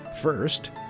First